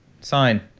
sign